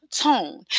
tone